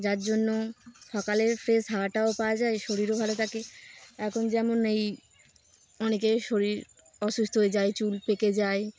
যার জন্য সকালে ফ্রেশ হাওয়াটাও পাওয়া যায় শরীরও ভালো থাকে এখন যেমন এই অনেকের শরীর অসুস্থ হয়ে যায় চুল পেকে যায়